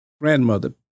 grandmother